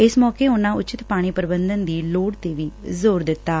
ਇਸ ਮੌਕੇ ਉਨੂਂ ਉਚਿਤ ਪਾਣੀ ਪ੍ਰਬੰਧਨ ਦੀ ਲੋੜ ਤੇ ਵੀ ਜ਼ੋਰ ਦਿੱਡੈ